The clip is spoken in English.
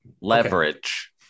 leverage